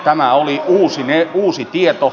tämä oli uusi tieto